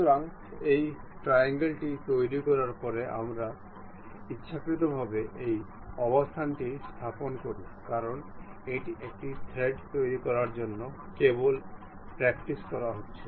সুতরাং এই ট্রায়াঙ্গলটি তৈরি করার পরে আমরা ইচ্ছাকৃতভাবে এই অবস্থানটি স্থাপন করি কারণ এটি একটি থ্রেড তৈরি করার জন্য কেবল প্র্যাক্টিস করা হচ্ছে